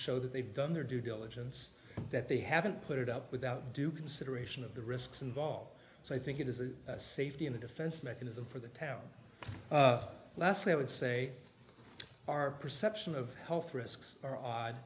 show that they've done their due diligence that they haven't put it up without due consideration of the risks involved so i think it is a safety and a defense mechanism for the town lastly i would say our perception of health risks are odd